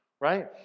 right